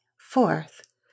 Fourth